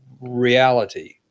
reality